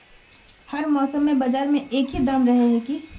हर मौसम में बाजार में एक ही दाम रहे है की?